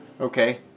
Okay